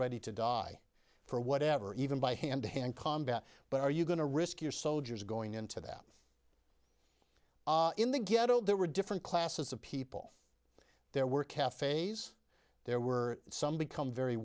ready to die for whatever even by hand to hand combat but are you going to risk your soldiers going into that in the ghetto there were different classes of people there were cafes there were some become very